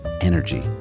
energy